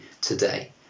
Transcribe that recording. today